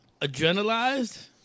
Adrenalized